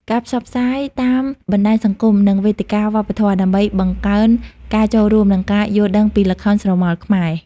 ការផ្សព្វផ្សាយតាមបណ្តាញសង្គម និងវេទិកាវប្បធម៌ ដើម្បីបង្កើនការចូលរួម និងការយល់ដឹងពីល្ខោនស្រមោលខ្មែរ។